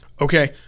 Okay